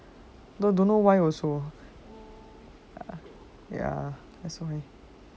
don't know why also ya